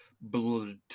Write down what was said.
blood